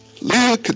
Leah